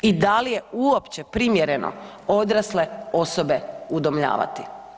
I da li je uopće primjereno odrasle osobe udomljavati?